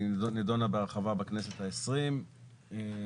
היא נידונה בהרחבה בכנסת ה-20 והוגשה